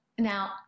Now